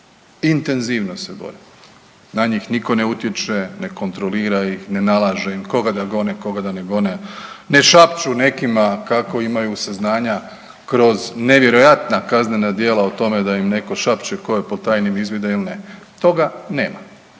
Intenzivno se bore, na njih nitko ne utječe, ne kontrolira ih, ne nalaže im koga da gone, koga da ne gone, ne šapću nekima kako imaju saznanja kroz nevjerojatna kaznena djela o tome da im netko šapće tko je pod tajnim izvidima ili ne. Toga nema.